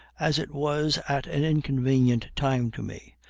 as it was at an inconvenient time to me,